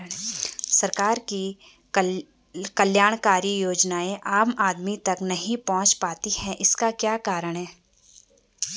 सरकार की जन कल्याणकारी योजनाएँ आम आदमी तक नहीं पहुंच पाती हैं इसका क्या कारण है?